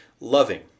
loving